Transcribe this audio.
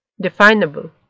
definable